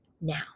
now